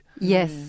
Yes